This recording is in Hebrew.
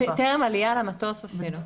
בטרם עלייה למטוס אפילו.